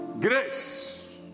grace